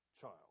child